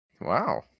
wow